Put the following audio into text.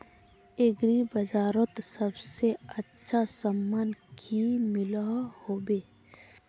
Agri बजारोत सबसे अच्छा सामान की मिलोहो होबे?